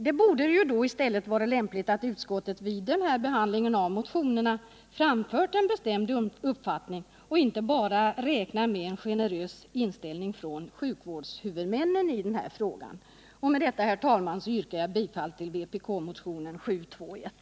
Det hade varit lämpligt att utskottet vid behandlingen av motionerna i stället framfört en bestämd uppfattning och inte bara räknat med en generös inställning från sjukvårdshuvudmännen i denna fråga. Med detta, herr talman, yrkar jag bifall till vpk-motionen 721.